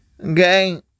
okay